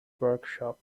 workshop